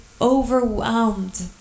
overwhelmed